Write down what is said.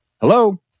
Hello